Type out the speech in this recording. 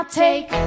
take